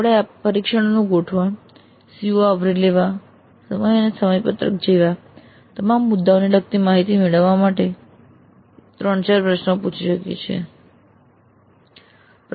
આપણે પરીક્ષણોનું ગોઠવણ CO આવરી લેવા સમય અને સમયપત્રક જેવા તમામ મુદ્દાઓને લગતી માહિતી મેળવવા માટે 3 4 પ્રશ્નો પૂછી શકીએ છીએ